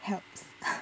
helps